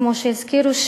כמו שהזכירו,